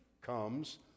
comes